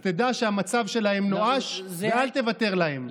אז תדע שהמצב שלהם נואש, ואל תוותר להם.